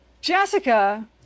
jessica